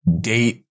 date